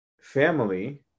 family